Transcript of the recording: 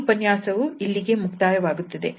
ಈ ಉಪನ್ಯಾಸವು ಇಲ್ಲಿಗೆ ಮುಕ್ತಾಯವಾಗುತ್ತದೆ